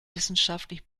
wissenschaftlich